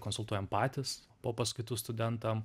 konsultuojam patys po paskaitų studentam